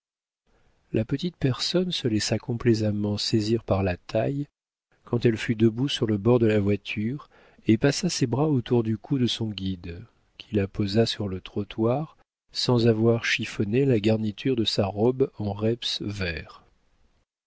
la petite personne se laissa complaisamment saisir par la taille quand elle fut debout sur le bord de la voiture et passa ses bras autour du cou de son guide qui la posa sur le trottoir sans avoir chiffonné la garniture de sa robe en reps vert